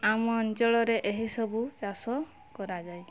ଆମ ଅଞ୍ଚଳରେ ଏହିସବୁ ଚାଷ କରାଯାଏ